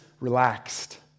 relaxed